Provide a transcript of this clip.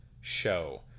show